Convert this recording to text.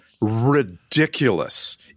ridiculous